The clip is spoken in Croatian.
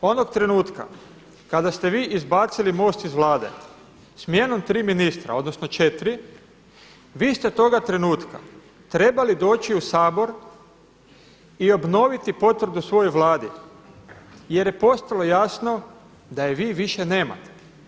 Onog trenutka kada ste vi izbacili MOST iz Vlade smjenom tri ministra, odnosno četiri vi ste toga trenutka trebali doći u Sabor i obnoviti potvrdu svojoj Vladi jer je postalo jasno da je vi više nemate.